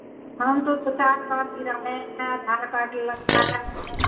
हम तो दो चार बार गिराए हैं आधार कार्ड लगता है